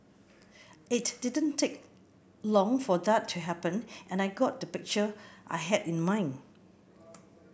it didn't take long for that to happen and I got the picture I had in mind